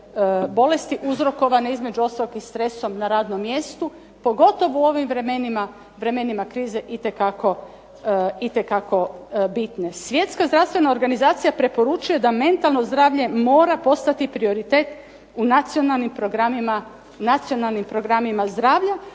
bolesti uzrokovane između ostalog i stresom na radnom mjestu, pogotovo u ovim vremenima, vremenima krize itekako bitne. Svjetska zdravstvena organizacija preporučuje da mentalno zdravlje mora postati prioritet u nacionalnim programima zdravlja,